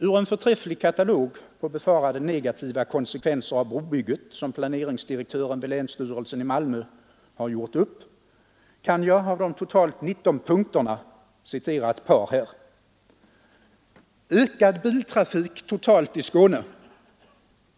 Ur en förträfflig katalog på förväntade positiva och befarade negativa konsekvenser av brobygget, som planeringsdirektören vid länsstyrelsen i Malmö har gjort upp, kan jag av de totalt 19 negativa punkterna citera ett par. Ökad biltrafik i Skåne.